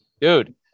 dude